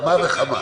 כמה וכמה.